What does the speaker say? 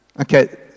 Okay